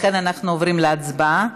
לכן אנחנו עוברים להצבעה.